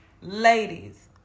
Ladies